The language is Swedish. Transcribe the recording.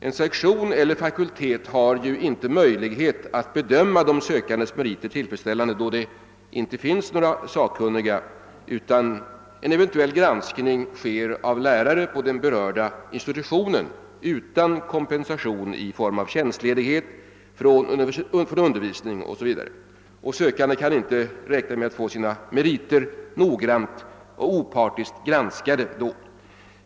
En sektion eller fakultet har inte möjlighet att tillfredsställande bedöma de sökandes meriter, eftersom det inte finns någon sakkunnig, utan en eventuell granskning görs av lärare på den berörda institutionen utan att de erhåller någon kompensation i form av tjänstledighet från undervisning o.s.v. En sökande kan därför inte räkna med att få sina meriter noggrant och opartiskt granskade.